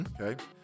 Okay